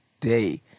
day